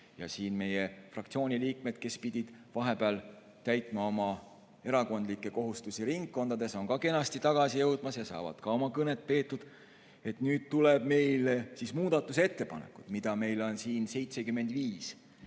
juures. Meie fraktsiooni liikmed, kes pidid vahepeal täitma oma erakondlikke kohustusi ringkondades, on kenasti tagasi jõudmas ja saavad ka oma kõned peetud. Nüüd tulevad siis muudatusettepanekud, mida on 75.